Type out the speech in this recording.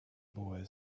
boy